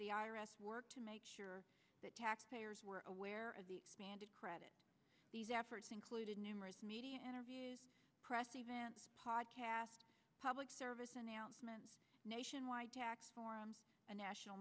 the i r s worked to make sure that taxpayers were aware of the band of credit these efforts included numerous media interviews press event podcast public service announcement nationwide tax forms a national